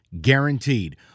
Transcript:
guaranteed